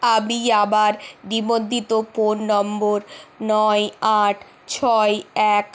আমি আমার নিবন্ধিত ফোন নম্বর নয় আট ছয় এক